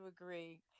agree